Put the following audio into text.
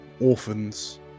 orphans